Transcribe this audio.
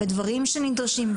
ודברים שנדרשים,